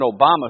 Obama